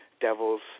devils